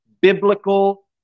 biblical